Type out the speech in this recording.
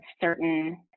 certain